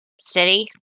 city